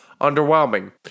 underwhelming